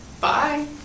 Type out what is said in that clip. Bye